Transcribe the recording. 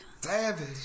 savage